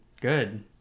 Good